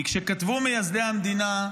כי כשכתבו מייסדי המדינה,